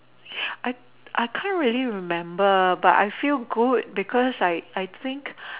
I I can't really remember but I feel good because I I think